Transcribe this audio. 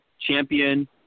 champion